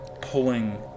pulling